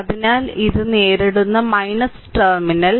അതിനാൽ ഇത് നേരിടുന്നു ടെർമിനൽ